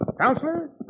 Counselor